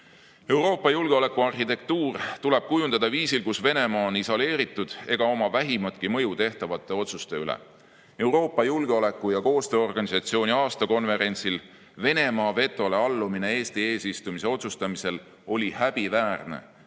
julgeolekuarhitektuur tuleb kujundada viisil, kus Venemaa on isoleeritud ega oma vähimatki mõju tehtavate otsuste üle. Euroopa Julgeoleku- ja Koostööorganisatsiooni aastakonverentsil Venemaa vetole allumine Eesti eesistumise otsustamisel oli häbiväärne